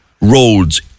roads